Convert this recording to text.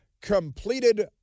completed